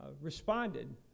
responded